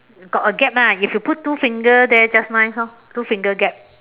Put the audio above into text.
got a gap ah if you put two finger there just nice hor two finger gap